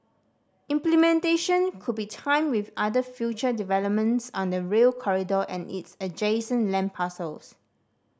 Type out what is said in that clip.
implementation could be timed with other future developments on the Rail Corridor and its adjacent land parcels